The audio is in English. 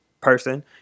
person